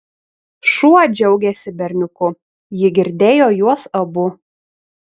šuo džiaugėsi berniuku ji girdėjo juos abu